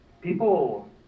people